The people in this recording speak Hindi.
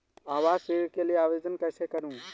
आवास ऋण के लिए आवेदन कैसे करुँ?